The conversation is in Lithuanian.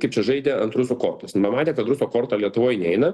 kaip čia žaidė ant ruso kortos pamatė kad ruso korta lietuvoj neina